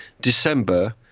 December